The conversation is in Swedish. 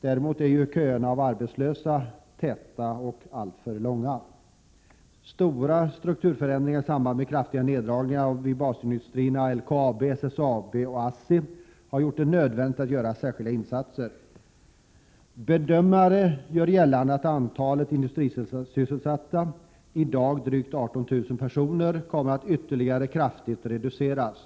Däremot är köerna av arbetslösa täta och alltför långa. Stora strukturförändringar i samband med kraftiga neddragningar vid basindustrierna LKAB, SSAB och ASSI har gjort det nödvändigt att göra särskilda insatser. Bedömare hävdar att antalet industrisysselsatta, i dag drygt 18 000 personer, kommer att ytterligare kraftigt reduceras.